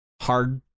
hard